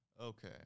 Okay